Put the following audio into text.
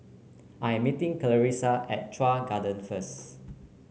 I am meeting Clarissa at Chuan Garden first